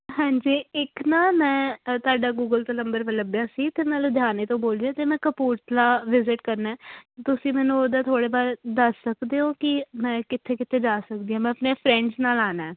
ਹਾਂਜੀ ਇੱਕ ਨਾ ਮੈਂ ਤੁਹਾਡਾ ਗੂਗਲ ਤੋਂ ਨੰਬਰ ਬ ਲੱਭਿਆ ਸੀ ਅਤੇ ਮੈਂ ਲੁਧਿਆਣੇ ਤੋਂ ਬੋਲ ਰਹੀ ਅਤੇ ਮੈਂ ਕਪੂਰਥਲਾ ਵਿਜਿਟ ਕਰਨਾ ਤੁਸੀਂ ਮੈਨੂੰ ਉਹਦਾ ਥੋੜ੍ਹੇ ਬਾ ਦੱਸ ਸਕਦੇ ਹੋ ਕਿ ਮੈਂ ਕਿੱਥੇ ਕਿਥੇ ਜਾ ਸਕਦੀ ਹਾਂ ਮੈਂ ਆਪਣੇ ਫਰੈਂਡਸ ਨਾਲ ਆਉਣਾ